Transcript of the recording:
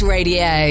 Radio